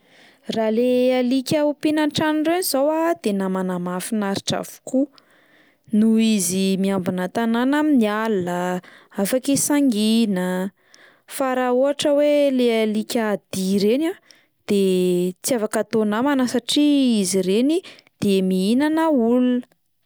Raha le alika ompiana an-trano ireny izao a dia namana mahafinaritra avokoa noho izy miambina tanàna amin'ny alina, afaka isangiana, fa raha ohatra hoe le alikadia ireny a de tsy afaka atao namana satria izy ireny de mihinana olona.